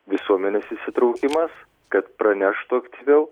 visuomenės įsitraukimas kad praneštų aktyviau